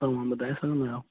तव्हां ॿुधाए सघंदा आहियो